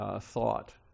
thought